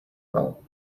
bell